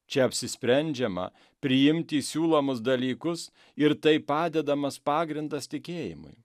čia apsisprendžiama priimti siūlomus dalykus ir taip padedamas pagrindas tikėjimui